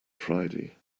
friday